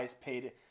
paid